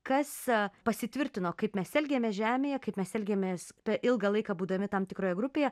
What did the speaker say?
kas pasitvirtino kaip mes elgiamės žemėje kaip mes elgiamės tą ilgą laiką būdami tam tikroje grupėje